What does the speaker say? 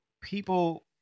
people